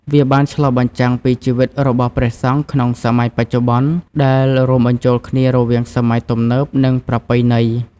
វាបានឆ្លុះបញ្ចាំងពីជីវិតរបស់ព្រះសង្ឃក្នុងសម័យបច្ចុប្បន្ន ដែលរួមបញ្ចូលគ្នារវាងសម័យទំនើប និងប្រពៃណី។